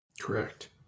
Correct